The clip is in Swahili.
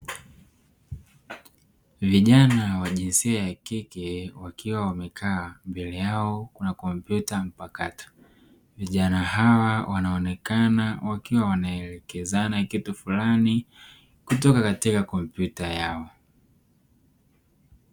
Vijana wa jinsia ya kike wakiwa wamekaa mbele yao kuna kompyuta mpakato, vijana hawa wanaonekana wakiwa wana elekezana kitu flani kutoka katika komptuta yao.